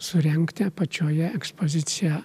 surengti apačioje ekspoziciją